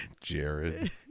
Jared